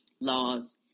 laws